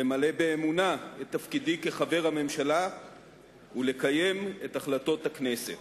למלא באמונה את תפקידי כחבר הממשלה ולקיים את החלטות הכנסת.